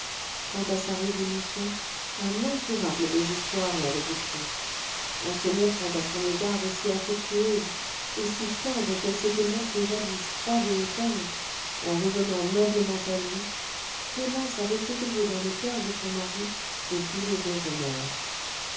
quant à sa résolution un incurable désespoir l'avait dictée en se montrant à son égard aussi affectueuse aussi tendre qu'elle s'était montrée jadis froide et hautaine en revenant noblement à lui clémence avait éveillé dans le coeur de son mari de douloureux remords